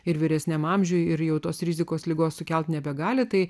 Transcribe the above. ir vyresniam amžiui ir jau tos rizikos ligos sukelti nebegali tai